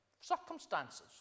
circumstances